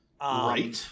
Right